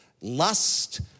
Lust